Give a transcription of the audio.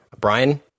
Brian